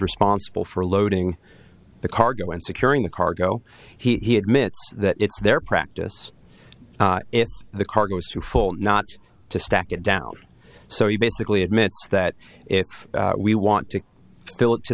responsible for loading the cargo and securing the cargo he admits that it's their practice in the car goes to full not to stack it down so he basically admits that if we want to fill it to